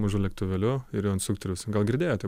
mažu lėktuvėliu ir jo instruktorius gal girdėjote